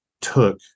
took